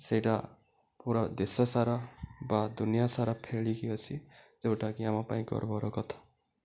ସେଇଟା ପୁରା ଦେଶ ସାରା ବା ଦୁନିଆଁ ସାରା ଫେଳିକି ଅଛି ଯେଉଁଟାକି ଆମ ପାଇଁ ଗର୍ବର କଥା